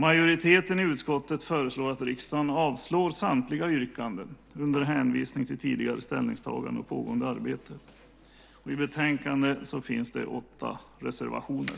Majoriteten i utskottet föreslår att riksdagen avslår samtliga yrkanden under hänvisning till tidigare ställningstagande och pågående arbete. I betänkandet finns det åtta reservationer.